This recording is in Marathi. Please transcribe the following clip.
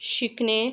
शिकणे